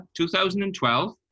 2012